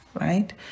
Right